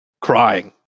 crying